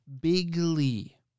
bigly